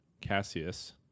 Cassius